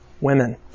women